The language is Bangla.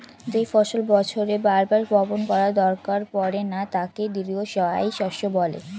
যেই ফসল বছরে বার বার বপণ করার দরকার পড়ে না তাকে দীর্ঘস্থায়ী শস্য বলে